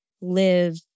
live